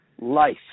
life